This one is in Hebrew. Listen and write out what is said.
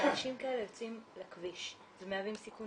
שאנשים כאלה יוצאים לכביש ומהווים סיכון